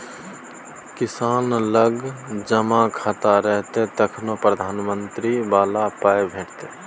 किसान लग जमा खाता रहतौ तखने प्रधानमंत्री बला पाय भेटितो